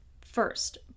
First